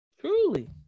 Truly